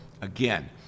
Again